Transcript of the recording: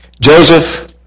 Joseph